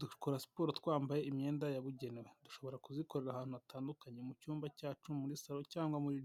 dukora siporo twambaye imyenda yabugenewe dushobora kuzikora ahantu hatandukanye mu cyumba cyacu muri saro cyangwa muri.